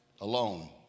alone